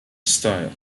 style